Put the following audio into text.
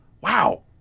wow